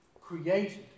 created